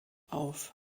auf